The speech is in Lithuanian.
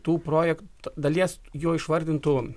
tų projekt dalies jo išvardintų